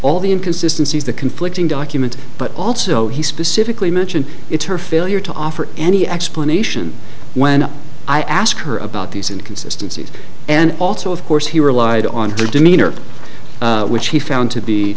all the inconsistency of the conflicting document but also he specifically mentioned it's her failure to offer any explanation when i asked her about these inconsistency and also of course he relied on her demeanor which he found to be